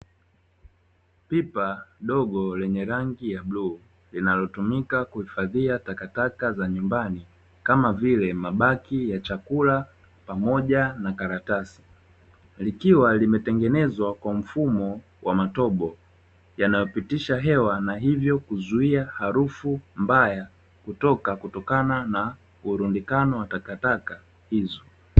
Pipa dogo lenye rangi ya blue linalotumika kuhifadhia takataka za nyumbani kama vile mabaki ya chakula, pamoja na karatasi, Likiwa limetengenezwa kwa mfumo wa matobo yanayopitisha hewa na hivyo kuzuia harufu mbaya kutoka, kutokkana na ulundikano wa takataka hizo.